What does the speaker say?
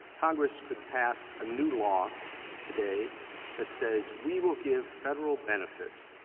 congress could pass a new law today that says, we will give federal benefits.